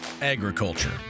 agriculture